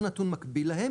או נתון מקביל להם,